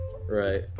right